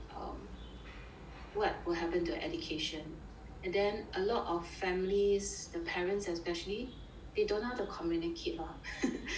what will happen to education and then a lot of families the parents especially they don't the how to communicate lah so